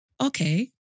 Okay